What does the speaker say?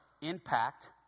impact